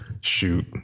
Shoot